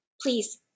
Please